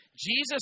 Jesus